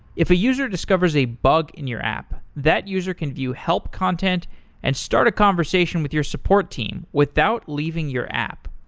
if a user discovers a bug in your app, that user can view help content and start a conversation with your support team without leaving your app.